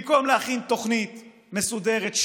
במקום להכין תוכנית מסודרת.